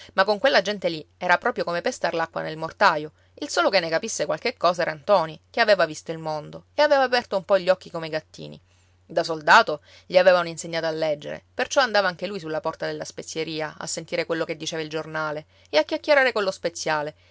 ma con quella gente lì era proprio come pestar l'acqua nel mortaio il solo che ne capisse qualche cosa era ntoni che aveva visto il mondo e aveva aperto un po gli occhi come i gattini da soldato gli avevano insegnato a leggere perciò andava anche lui sulla porta della spezieria a sentire quello che diceva il giornale e a chiacchierare collo speziale